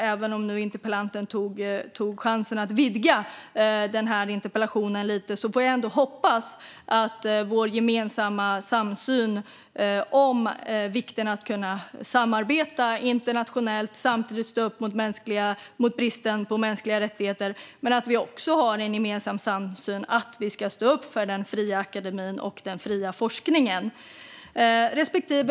Även om interpellanten tog chansen att vidga interpellationen hoppas jag verkligen att vi har samsyn på vikten av att kunna samarbeta internationellt och samtidigt stå upp mot bristen på mänskliga rättigheter men att vi också har samsyn om att vi ska stå upp för den fria akademin och den fria forskningen.